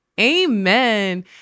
Amen